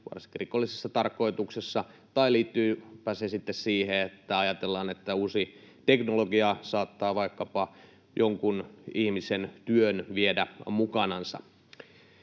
varsinkin rikollisessa tarkoituksessa tai liittyipä se sitten siihen, että ajatellaan, että uusi teknologia saattaa vaikkapa jonkun ihmisen työn viedä mukanansa.